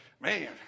Man